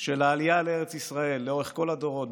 של העלייה לארץ ישראל לאורך כל הדורות,